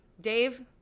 Dave